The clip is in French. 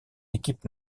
équipe